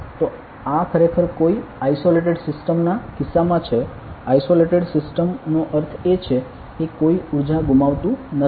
તો આ ખરેખર કોઈ આઇસોલેટેડ સિસ્ટમ ના કિસ્સામાં છે આઇસોલેટેડ સિસ્ટમ નો અર્થ એ છે કે કોઈ ઉર્જા ગુમાવાતી નથી